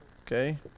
Okay